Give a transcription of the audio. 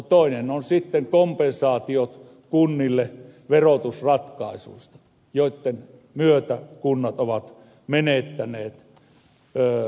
toinen on sitten kompensaatiot kunnille verotusratkaisuista joitten myötä kunnat ovat menettäneet tulojaan